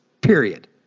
period